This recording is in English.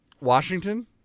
Washington